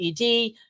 ED